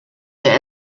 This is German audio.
der